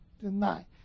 deny